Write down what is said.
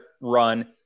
run